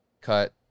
cut